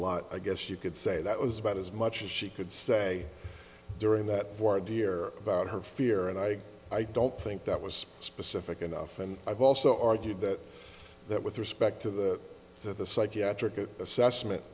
lot i guess you could say that was about as much as she could say during that ford year about her fear and i i don't think that was specific enough and i've also argued that that with respect to the to the psychiatric assessment